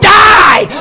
die